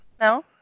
No